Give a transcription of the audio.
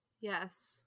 yes